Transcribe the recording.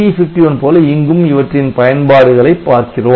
8051 போல இங்கும் இவற்றின் பயன்பாடுகளை பார்க்கிறோம்